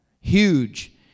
huge